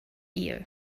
ear